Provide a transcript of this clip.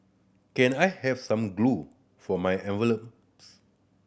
can I have some glue for my envelopes